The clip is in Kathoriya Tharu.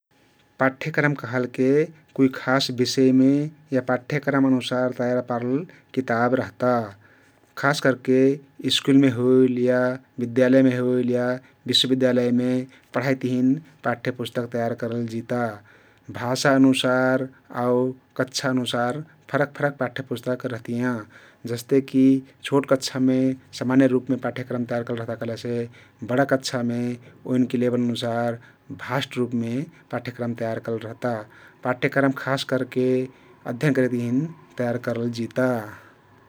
पाठ्यक्रमकहलके कुइ खास बिषयमे या पाठ्यक्रम अनुसार तयार पारल किताब रहता । खस करके स्कुलमे होइल या बिद्यालयमे होइल या विश्वबिद्यालय मे पढइक तहिन पाठ्यपुस्तक तयार पारल जिता । भाषा अनुसार आउ कक्षा अनुसार फरक फरक पाठ्य पुस्तक रहतियाँ । जस्तेकी छोट कक्षामे समान्य रुपमे पाठ्यक्रम तयार करल रहता कहलेसे बडा कक्षामे ओइनके लेबल अनुसार भाष्ट रुपमे पाठ्यक्रम तयार करल रहता । पाठ्यक्रम खास करके अध्यन करेक तहिन तयार करलजिता ।